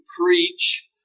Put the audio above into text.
preach